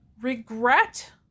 Regret